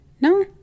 No